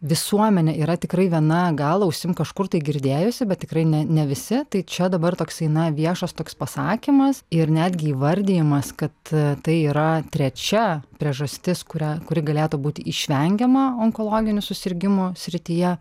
visuomenė yra tikrai viena gal ausim kažkur tai girdėjusi bet tikrai ne ne visi tai čia dabar toks eina viešas toks pasakymas ir netgi įvardijimas kad tai yra trečia priežastis kurią kuri galėtų būti išvengiama onkologinių susirgimų srityje